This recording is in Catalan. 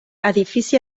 edifici